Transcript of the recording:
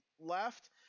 left